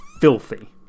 Filthy